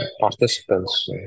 participants